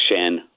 Shen